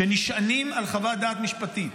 שנשענים על חוות דעת משפטית,